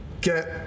get